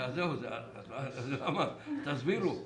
תסבירו.